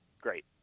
Great